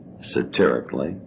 satirically